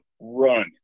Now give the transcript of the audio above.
run